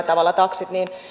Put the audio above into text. tavalla betonoida taksit